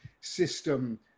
system